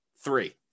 three